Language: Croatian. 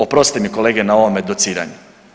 Oprostite mi kolege na ovome dociranju.